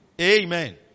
Amen